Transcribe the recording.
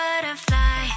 butterfly